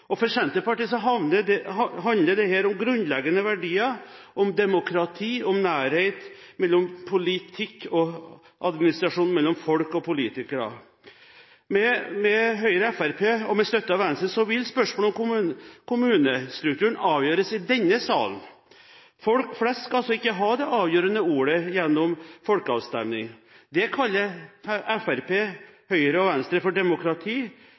For Senterpartiet handler dette om grunnleggende verdier, om demokrati, om nærhet mellom politikk og administrasjon, mellom folk og politikere. Med Høyre og Fremskrittspartiet – og med støtte fra Venstre – vil spørsmål om kommunestrukturen avgjøres i denne salen. Folk flest skal altså ikke ha det avgjørende ordet gjennom folkeavstemning. Det kaller Fremskrittspartiet, Høyre og Venstre demokrati.